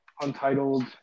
untitled